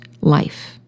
life